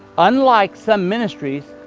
unlike some ministries,